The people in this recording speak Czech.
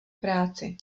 práci